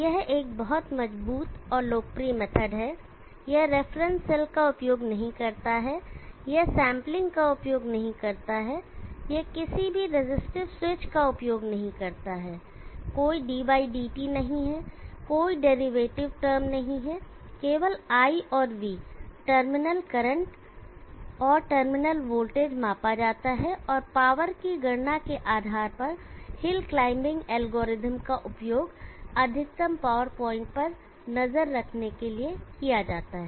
यह एक बहुत मजबूत और लोकप्रिय मेथड है यह रेफरेंस सेल का उपयोग नहीं करता है यह सैमपलिंग का उपयोग नहीं करता है यह किसी भी रेजिस्टिव स्विच का उपयोग नहीं करता है कोई ddt नहीं है कोई डेरिवेटिव टर्म नहीं है केवल I और V टर्मिनल करंट और टर्मिनल वोल्टेज मापा जाता है और पावर की गणना के आधार पर हिल क्लाइंबिंग एल्गोरिथ्म का उपयोग अधिकतम पावर पॉइंट पर नजर रखने के लिए किया जाता है